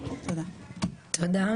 תודה,